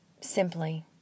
Simply